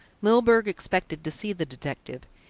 milburgh expected to see the detective.